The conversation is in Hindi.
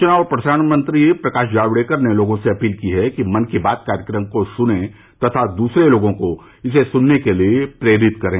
सूचना और प्रसारण मंत्री प्रकाश जावडेकर ने लोगों से अपील की है कि मन की बात कार्यक्रम को सुनें तथा दूसरे लोगों को इसे सुनने के लिए प्रेरित करें